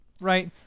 right